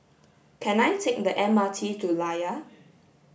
can I take the M R T to Layar